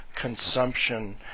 consumption